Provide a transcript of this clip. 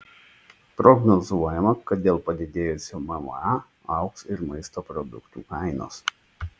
prognozuojama kad dėl padidėjusio mma augs ir maisto produktų kainos